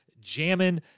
jamming